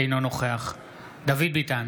אינו נוכח דוד ביטן,